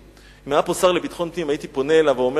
אם היה פה השר לביטחון פנים הייתי פונה אליו ואומר